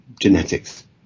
genetics